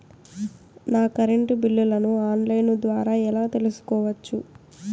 నా కరెంటు బిల్లులను online ద్వారా ఎలా తెలుసుకోవచ్చు?